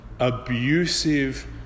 Abusive